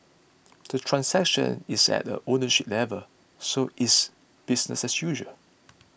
the transaction is at the ownership level so it's business as usual